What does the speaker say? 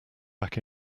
back